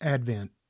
Advent